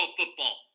football